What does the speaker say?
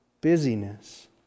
busyness